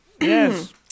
Yes